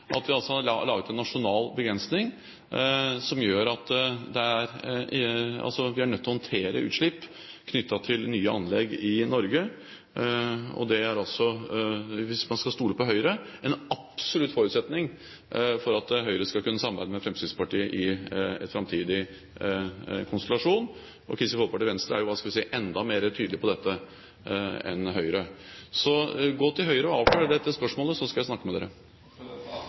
at vi har laget en nasjonal begrensning som gjør at vi er nødt til å håndtere utslipp knyttet til nye anlegg i Norge. Det er altså – hvis man skal stole på Høyre – en absolutt forutsetning for at Høyre skal kunne samarbeide med Fremskrittspartiet i en framtidig konstellasjon. Kristelig Folkeparti og Venstre er jo – hva skal jeg si – enda mer tydelige på dette enn Høyre. Så gå til Høyre og avklar dette spørsmålet, så skal jeg snakke med dere!